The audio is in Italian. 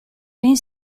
ben